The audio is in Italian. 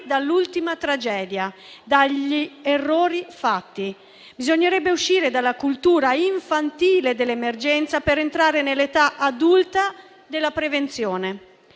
dall'ultima tragedia, dagli errori fatti. Bisognerebbe uscire dalla cultura infantile dell'emergenza, per entrare nell'età adulta della prevenzione.